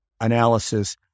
analysis